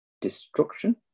destruction